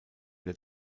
der